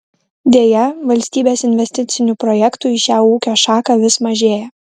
deja valstybės investicinių projektų į šią ūkio šaką vis mažėja